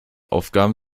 aufgaben